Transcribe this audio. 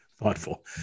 Thoughtful